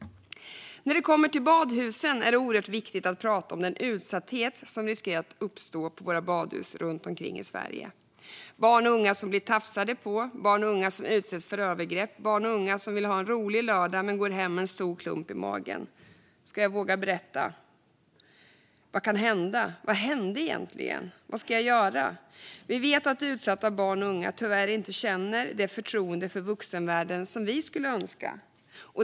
När det kommer till badhusen är det oerhört viktigt att prata om den utsatthet som riskerar att uppstå på våra badhus runt omkring i Sverige. Det gäller barn och unga som blir tafsade på, barn och unga som utsätts för övergrepp samt barn och unga som vill ha en rolig lördag men som går hem med en stor klump i magen. Ska jag våga berätta? Vad kan hända? Vad hände egentligen? Vad ska jag göra? Vi vet att utsatta barn och unga tyvärr inte känner det förtroende för vuxenvärlden som vi skulle önska.